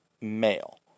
male